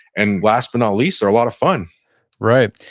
and last but not least, they're a lot of fun right.